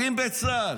פוגעים בצה"ל,